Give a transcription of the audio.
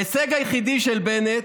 ההישג היחידי של בנט